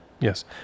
Yes